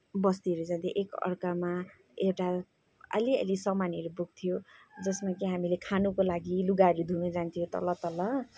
बस्तीहरू जाँदा एकाअर्कामा एउटाले अलिअलि सामानहरू बोक्थ्यो जसमा कि हामीले खानुको लागि लुगाहरू धुनु जान्थ्यौँ तल तल